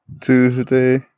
Tuesday